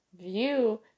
view